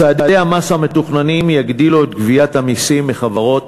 צעדי המס המתוכננים יגדילו את גביית המסים מחברות